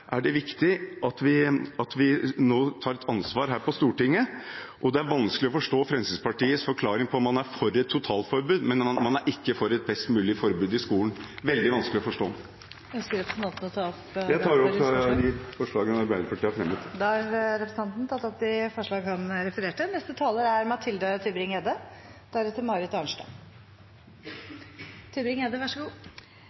viktig at vi nå tar et ansvar her på Stortinget. Det er vanskelig å forstå Fremskrittspartiets forklaring på at man er for et totalforbud, men ikke for et best mulig forbud i skolen. Det er veldig vanskelig å forstå. Jeg tar opp de forslagene Arbeiderpartiet har fremmet. Representanten Jan Bøhler har tatt opp de forslagene han refererte til. Dette er